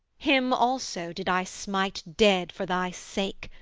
him also did i smite dead for thy sake,